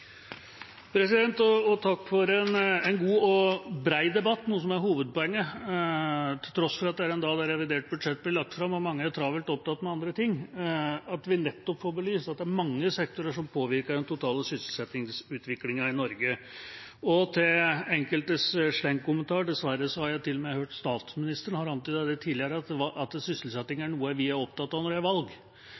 tross for at det er den dagen revidert budsjett blir lagt fram og mange er travelt opptatt med andre ting – er at vi nettopp får belyst at det er mange sektorer som påvirker den totale sysselsettingsutviklingen i Norge. Til enkeltes slengkommentarer – dessverre har jeg til og med hørt statsministeren antyde tidligere at sysselsetting er noe vi er opptatt av når det er valg